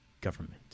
government